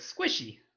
Squishy